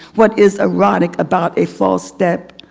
what is erotic about a false step?